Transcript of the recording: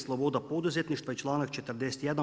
Sloboda poduzetništva i članak 41.